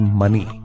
money